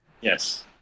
Yes